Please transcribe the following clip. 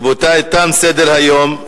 רבותי, תם סדר-היום.